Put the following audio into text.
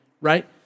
right